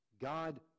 God